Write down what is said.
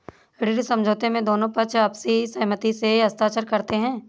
ऋण समझौते में दोनों पक्ष आपसी सहमति से हस्ताक्षर करते हैं